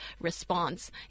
response